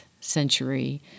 century